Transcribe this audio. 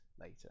later